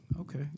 okay